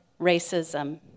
racism